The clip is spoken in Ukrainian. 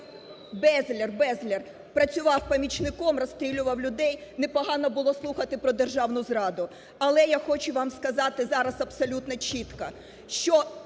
Безлер, Безлер працював помічником, розстрілював людей, непогано було слухати про державну зраду. Але я хочу вам сказати зараз абсолютно чітко, що